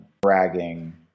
bragging